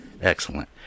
Excellent